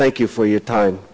thank you for your time